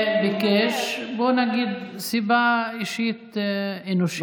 הוא ביקש, בוא נגיד, מסיבה אישית אנושית.